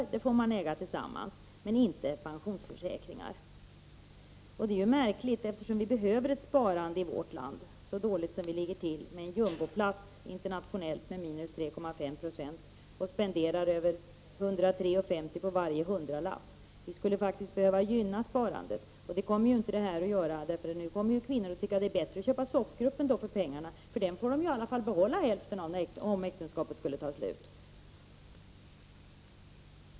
Prylar får man äga tillsammans men inte pensionsförsäkringar. Det är märkligt, eftersom vi behöver ett sparande i vårt land så dåligt som vi ligger till, på en jumboplats internationellt sett med mindre än 3,5 20. Vi spenderar 103:50 av varje hundralapp. Vi skulle faktiskt behöva gynna sparande. Det kommer inte det här beslutet att göra, för nu kommer ju kvinnorna att tycka att det är bättre att köpa en soffgrupp för pengarna — den får de ju behålla hälften av om äktenskapet skulle ta slut.